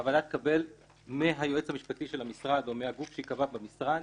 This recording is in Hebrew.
הוועדה תקבל מהיועץ המשפטי של המשרד או מהגוף שייקבע במשרד